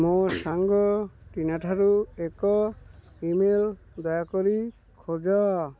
ମୋ ସାଙ୍ଗ ଟିନାଠାରୁ ଏକ ଇମେଲ୍ ଦୟାକରି ଖୋଜ